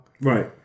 Right